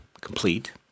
complete